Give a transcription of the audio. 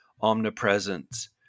omnipresence